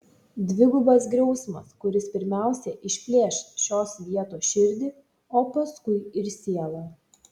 dvigubas griausmas kuris pirmiausia išplėš šios vietos širdį o paskui ir sielą